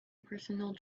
personal